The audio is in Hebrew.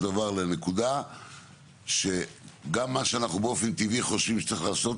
דבר לנקודה שגם מה שאנחנו באופן טבעי חושבים שצריך לעשות